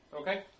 Okay